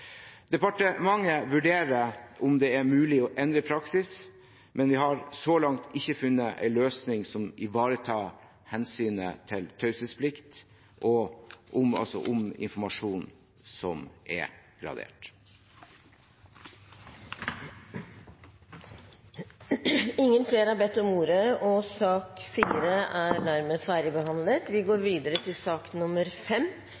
Departementet vurderer om det er mulig å endre praksis, men vi har så langt ikke funnet en løsning som ivaretar hensynet til taushetsplikt om informasjon som er gradert. Flere har ikke bedt om ordet til sak nr. 4. Vi bor i et land der vi